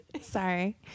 Sorry